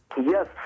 Yes